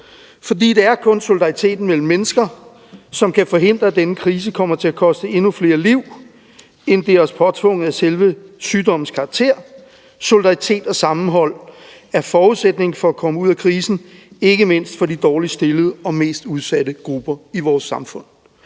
fra. Det er kun solidariteten mellem mennesker, som kan forhindre, at denne krise kommer til at koste endnu flere liv, end det er os påtvunget af selve sygdommens karakter. Solidaritet og sammenhold er forudsætningen for at komme ud af krisen, ikke mindst for de dårligst stillede og mest udsatte grupper i vores samfund.